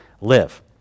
live